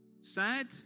sad